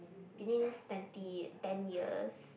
within these twenty ten years